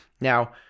Now